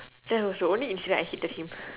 that was the only incident I hated him